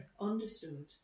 understood